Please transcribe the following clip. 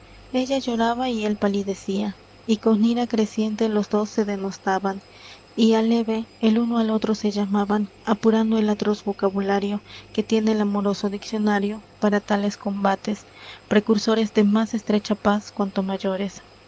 ella lloraba y él palidecia y con ira creciente los dos se denostaban y aleve el uno al otro se llamaban apurando el atroz vocabulario que tiene el amoroso diccionario para tales combates precursores de más estrecha paz cuanto mayores